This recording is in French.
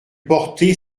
porter